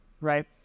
right